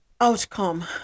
outcome